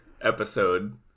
episode